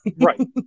Right